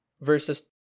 verses